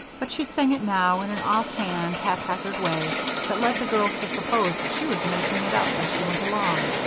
but she sang it now in an offhand, haphazard way that led the girls to suppose that she was making it up as she went along.